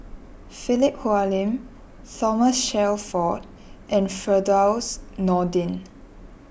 Philip Hoalim Thomas Shelford and Firdaus Nordin